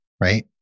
right